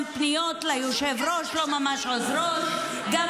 גם פניות ליושב-ראש לא ממש עוזרות -- ושוב --- משקרים.